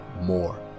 more